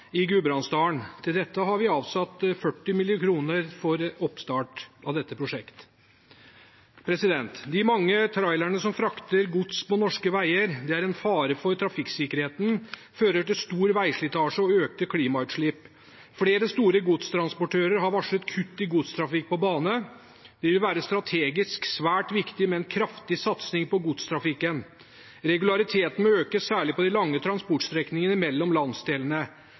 til oppstart av dette prosjektet. De mange trailerne som frakter gods på norske veier, er en fare for trafikksikkerheten og fører til stor vegslitasje og økte klimagassutslipp. Flere store godstransportører har varslet kutt i godstrafikk på bane. Det vil være strategisk svært viktig med en kraftig satsing på godstrafikken. Regulariteten må økes, særlig på de lange transportstrekningene mellom landsdelene.